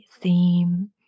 theme